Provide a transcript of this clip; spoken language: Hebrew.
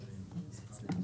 עמדה,